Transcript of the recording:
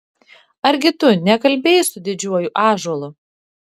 argi tu nekalbėjai su didžiuoju ąžuolu